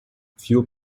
fuel